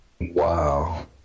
Wow